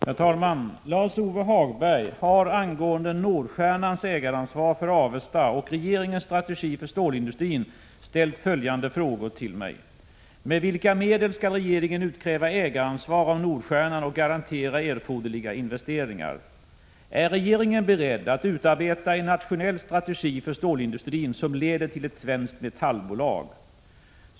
Herr talman! Lars-Ove Hagberg har angående Nordstjernans ägaransvar för Avesta och regeringens strategi för stålindustrin ställt följande frågor till mig: 1. Med vilka medel skall regeringen utkräva ägaransvar av Nordstjernan och garantera erforderliga investeringar? 2. Är regeringen beredd att utarbeta en nationell strategi för stålindustrin som leder till ett ”svenskt metallbolag”?